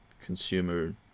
consumer